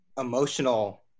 Emotional